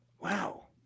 Wow